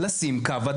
אלא הלכנו אחורה.